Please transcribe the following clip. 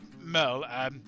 Mel